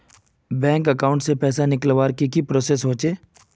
Bank account से पैसा निकालवर की की प्रोसेस होचे?